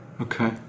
okay